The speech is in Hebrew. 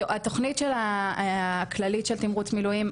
התוכנית הכללית של תמרוץ מילואים,